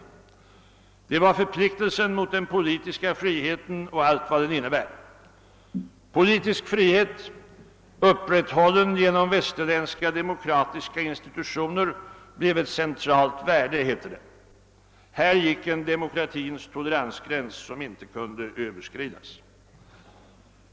Det var förpliktelsen mot den politiska friheten och allt vad den innebär. Politisk frihet, upprätthållen genom västerländska demokratiska institutioner, blev ett centralt värde. Här gick en demokratins toleransgräns som inte kunde överskridas.